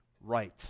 right